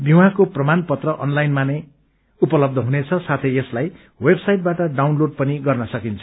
विवाहको प्रमाण पत्र अनलाइनमा पनि उपलब्ध हुनेछ साथै यसलाई वेबसाइटबाट डाउनलोड पनि गर्न सकिन्छ